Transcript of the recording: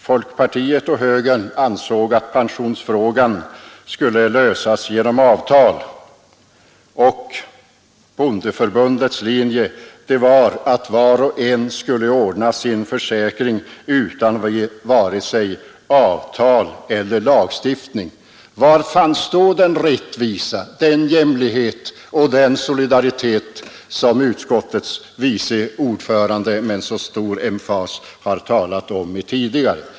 Folkpartiet och högern ansåg att pensionsfrågan skulle lösas genom avtal, och bondeförbundets linje gick ut på att var och en skulle ordna sin försäkring utan vare sig avtal eller lagstiftning. Var fanns då den rättvisa, den jämlikhet och den solidaritet som utskottets vice ordförande med så stor emfas har talat om tidigare?